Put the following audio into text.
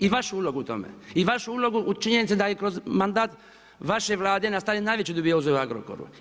I vašu ulogu u tome, i vašu ulogu u činjenici da je kroz mandat vaše Vlade nastavljen najveći dubioza u Agrokoru.